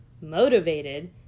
motivated